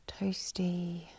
toasty